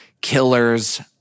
killers